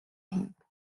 heap